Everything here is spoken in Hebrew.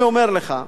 אני אומר לך,